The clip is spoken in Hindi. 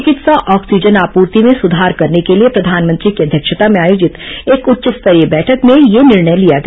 चिकित्सा ऑक्सीजन आपूर्ति में सुधार करने के लिए प्रधानमंत्री की अध्यक्षता में आयोजित एक उच्च स्तरीय बैठक में यह निर्णय लिया गया